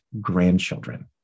grandchildren